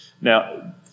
Now